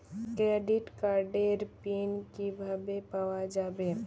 Credit কার্ডের PIN কিভাবে পাওয়া যাবে?